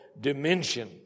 dimension